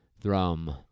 thrum